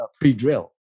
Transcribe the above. pre-drill